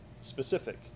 specific